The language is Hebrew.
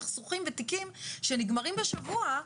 סכסוכים ותיקים שנגמרים בשבוע,